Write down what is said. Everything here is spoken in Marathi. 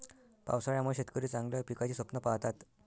पावसाळ्यामुळे शेतकरी चांगल्या पिकाचे स्वप्न पाहतात